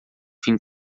fim